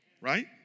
Right